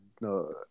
no